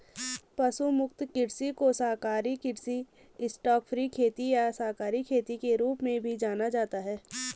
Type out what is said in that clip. पशु मुक्त कृषि को शाकाहारी कृषि स्टॉकफ्री खेती या शाकाहारी खेती के रूप में भी जाना जाता है